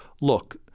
look